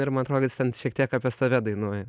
ir man atrodo kad jis ten šiek tiek apie save dainuoja